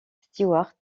stewart